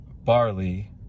barley